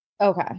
Okay